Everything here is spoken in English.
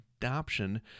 adoption